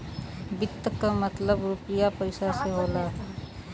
वित्त क मतलब रुपिया पइसा से होला